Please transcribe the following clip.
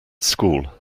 school